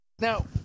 Now